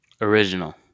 Original